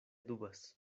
dubas